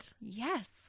Yes